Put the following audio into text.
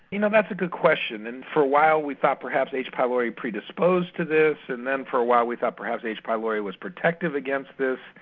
you know that's a good question and for a while we thought perhaps h. pylori is predisposed to this and then for a while we thought perhaps h. pylori was protective against this.